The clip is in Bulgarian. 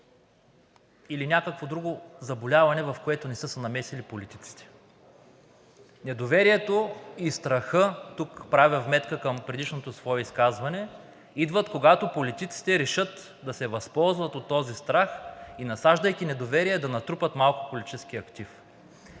или някакво друго заболяване, в което не са се намесили политиците. Недоверието и страхът, тук правя вметка към предишното свое изказване, идват, когато политиците решат да се възползват от този страх и насаждайки недоверие, да натрупат малко политически актив.